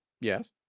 Yes